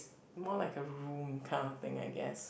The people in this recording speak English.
more like a room kind of thing I guess